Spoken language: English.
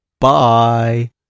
Bye